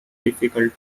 difficult